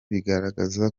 bigaragaza